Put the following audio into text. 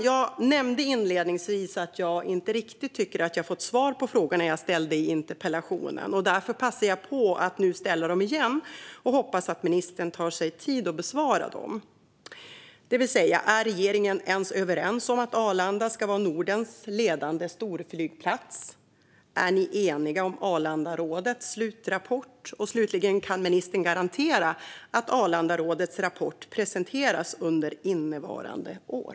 Jag nämnde inledningsvis att jag inte riktigt tycker att jag fått svar på frågorna jag ställde i interpellationen, och därför passar jag nu på att ställa dem igen och hoppas att ministern tar sig tid att besvara dem. Är regeringen ens överens om att Arlanda ska vara Nordens ledande storflygplats? Är ni eniga om Arlandarådets slutrapport? Och slutligen, kan ministern garantera att Arlandarådets rapport presenteras under innevarande år?